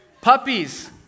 Puppies